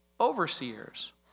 overseers